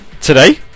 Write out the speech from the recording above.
Today